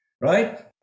right